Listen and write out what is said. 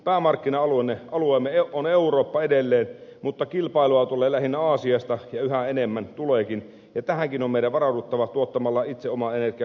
päämarkkina alueemme on edelleen eurooppa mutta kilpailua tulee lähinnä aasiasta yhä enemmän tuleekin ja tähänkin on meidän varauduttava tuottamalla itse oma energiamme mahdollisimman hyvin